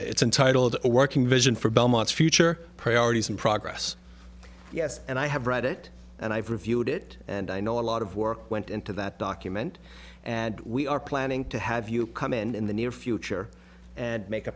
it's entitled a working vision for belmont's future priorities and progress yes and i have read it and i've reviewed it and i know a lot of work went into that document and we are planning to have you come in in the near future and make a